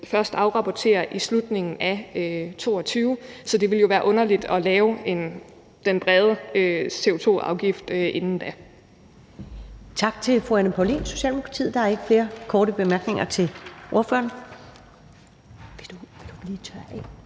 først afrapporterer i slutningen af 2022. Så det ville jo være underligt at lave den brede CO2-afgift inden da.